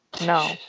No